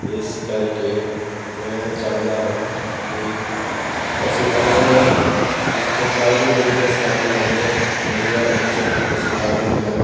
ਇਸ ਕਰਕੇ ਮੈਂ ਚਾਹੁੰਦਾ ਹਾਂ ਕਿ ਪਸ਼ੂ ਪਾਲਣ ਵਿੱਚ ਪ੍ਰਾਈਵੇਟ ਬਿਜ਼ਨਸ ਕਰਨ ਨਾਲੋਂ ਵਧੀਆ ਆਪਸ਼ਨ ਪਸ਼ੂ ਪਾਲਣ ਹੈ